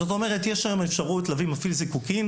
זאת אומרת, יש לנו אפשרות להביא מפעיל זיקוקים.